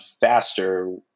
faster